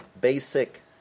basic